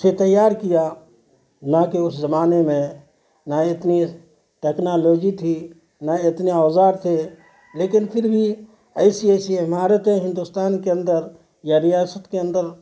سے تیار کیا نہ کہ اس زمانے میں نہ اتنی ٹیکنالوجی تھی نہ اتنے اوزار تھے لیکن پھر بھی ایسی ایسی عمارتیں ہندوستان کے اندر یا ریاست کے اندر